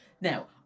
Now